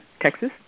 Texas